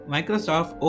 Microsoft